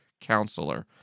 counselor